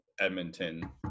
Edmonton